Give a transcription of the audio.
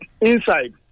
inside